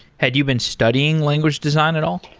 had you been studying language design at all?